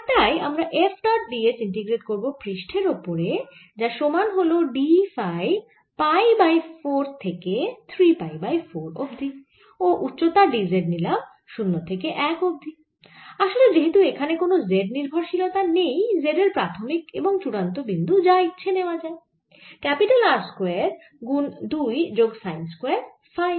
আর তাই আমরা F dot ds integrate করব এই পৃষ্ঠের ওপর যা সমান হল d ফাই পাই বাই 4 থেকে 3 পাই বাই 4 অবধি ও উচ্চতা d z নিলাম 0 থেকে 1 অবধি আসলে যেহেতু এখানে কোন z নির্ভরশীলতা নেই z এর প্রাথমিক এবং চূড়ান্ত বিন্দু যা ইচ্ছে নেওয়া যায় R স্কয়ার গুন 2 যোগ সাইন স্কয়ার ফাই